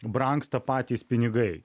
brangsta patys pinigai